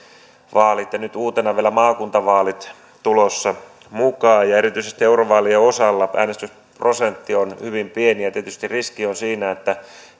ja nyt uutena vielä maakuntavaalit tulossa mukaan erityisesti eurovaalien osalla äänestysprosentti on hyvin pieni ja tietysti riski on siinä että